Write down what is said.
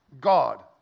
God